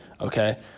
okay